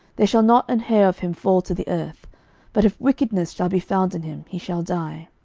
there shall not an hair of him fall to the earth but if wickedness shall be found in him, he shall die.